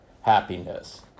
happiness